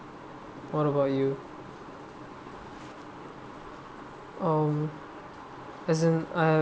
what about you um as in uh